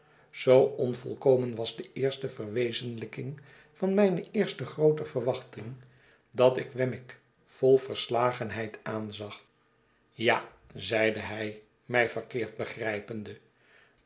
zoo onvolkomen was de eerste verwezenlijking van mijne eerste groote verwachting dat ik wemmick vol verslagenheid aanzag ja zeide hij mij verkeerd begrijpende